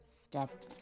Step